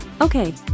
Okay